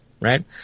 right